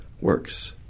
works